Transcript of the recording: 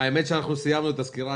האמת היא שאנחנו סיימנו את הסקירה,